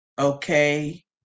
Okay